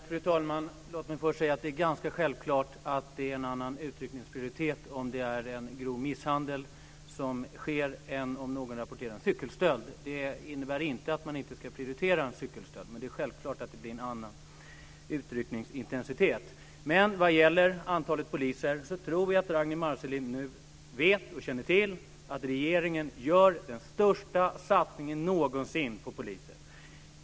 Fru talman! Låt mig först säga att det är ganska självklart att det är en annan utryckningsprioriet om det är en grov misshandel som sker än om någon rapporterar en cykelstöld. Det innebär inte att man inte ska prioritera en cykelstöld, men det är självklart att det blir en annan utryckningsintensitet. Vad gäller antalet poliser tror jag att Ragnwi Marcelind nu känner till att regeringen gör den största satsningen någonsin på poliser.